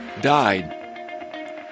died